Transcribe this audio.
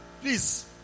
Please